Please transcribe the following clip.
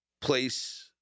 place